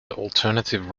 alternative